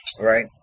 Right